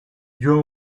you